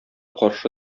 каршы